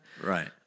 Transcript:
Right